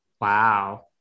Wow